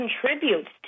contributes